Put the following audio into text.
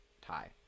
tie